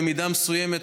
במידה מסוימת,